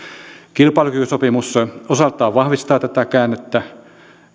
kilpailukykysopimus osaltaan vahvistaa tätä käännettä